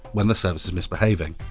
when the service is misbehaving.